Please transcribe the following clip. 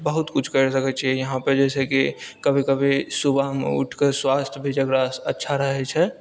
बहुत किछु करि सकैत छियै यहाँ पर जैसे कि कभी कभी सुबहमे उठि कऽ स्वास्थ भी जकरा अच्छा रहैत छै